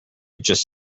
just